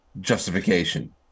justification